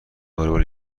والیبال